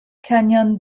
canyon